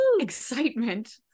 excitement